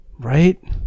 right